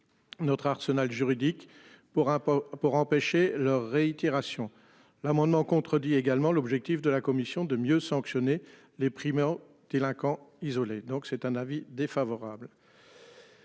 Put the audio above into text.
Notre arsenal juridique pour un pas pour empêcher leur réitération l'amendement contredit également l'objectif de la commission de mieux sanctionner les primo-délinquants isolé. Donc c'est un avis défavorable.